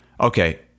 okay